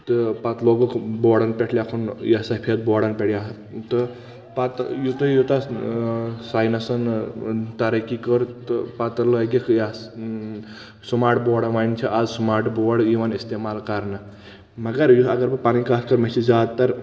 تہٕ پتہٕ لوگکھ بوڑن پٮ۪ٹھ لیکھُن یا سا سفید بوڑن پٮ۪ٹھ یا تہٕ پتہٕ یوٗتاہ یوٗتاہ ساینسن ترقی کٔر تہٕ پتہٕ لٲگکھ یس اۭ سُمارٹ بوڑن وۄنۍ چھِ از سُمارٹ بوڑ یِوان استعمال کرنہٕ مگر اگر بہٕ پنٕنۍ کتھ کرٕ مےٚ چھِ زیادٕ تر